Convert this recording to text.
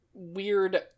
weird